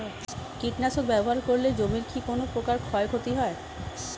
কীটনাশক ব্যাবহার করলে জমির কী কোন প্রকার ক্ষয় ক্ষতি হয়?